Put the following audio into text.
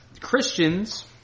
Christians